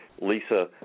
Lisa